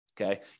Okay